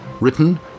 written